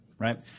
Right